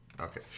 Okay